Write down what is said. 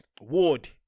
Ward